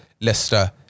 Leicester